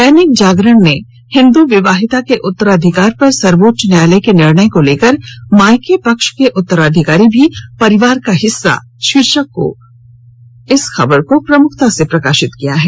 दैनिक जागरण ने हिन्दू विवाहिता के उत्तराधिकार पर सर्वोच्च न्यायालय के निर्णय को लेकर मायके पक्ष के उत्तराधिकारी भी परिवार का हिस्सा शीर्षक खबर को प्रमुखता से प्रकाशित किया है